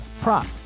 prop